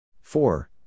four